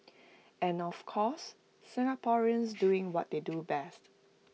and of course Singaporeans doing what they do best